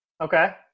Okay